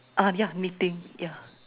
ah ya meeting ya